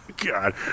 God